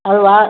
அதுவா